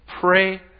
Pray